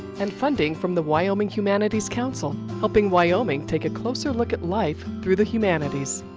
and funding from the wyoming humanities council helping wyoming take a closer look at life through the humanities.